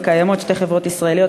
וקיימות שתי חברות ישראליות,